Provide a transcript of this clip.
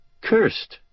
Cursed